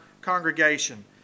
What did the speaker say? congregation